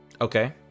Okay